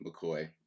McCoy